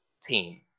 team